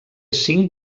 cinc